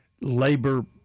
labor